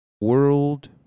World